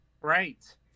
right